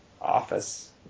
office